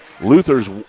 Luther's